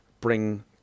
Bring